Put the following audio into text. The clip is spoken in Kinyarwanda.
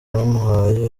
bamuhaye